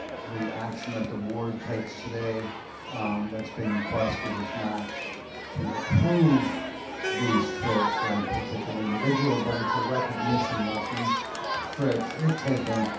the action that the board takes today that's being requested is not to approve these trips for any particular individual but it's a recognition that these trips, if taken,